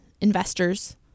investors